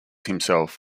himself